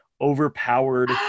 overpowered